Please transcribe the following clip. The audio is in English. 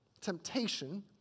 temptation